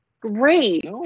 great